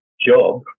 job